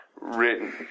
written